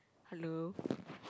hello